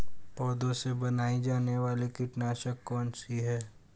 पौधों से बनाई जाने वाली कीटनाशक कौन सी है?